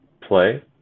play